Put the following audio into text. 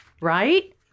right